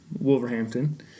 Wolverhampton